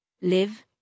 live